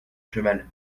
cheval